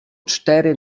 cztery